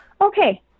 okay